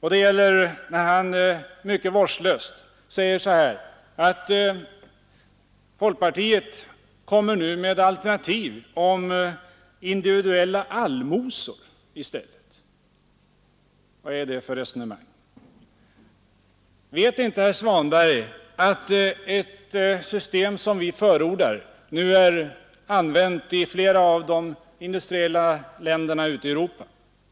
Han säger mycket vårdslöst att folkpartiet nu kommer med ett alternativ som betyder individuella allmosor. Vad är det för resonemang? Vet inte herr Svanberg att ett system sådant som det vi förordar nu är använt i flera av industriländerna ute i Europa?